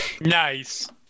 Nice